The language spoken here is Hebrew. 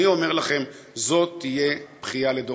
אני אומר לכם שזאת תהיה בכייה לדורות.